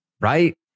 right